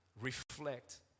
reflect